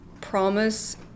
promise